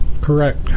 correct